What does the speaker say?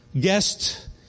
guest